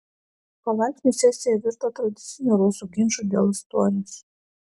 palaipsniui sesija virto tradiciniu rusų ginču dėl istorijos